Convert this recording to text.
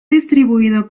distribuido